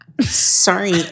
Sorry